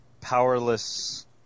powerless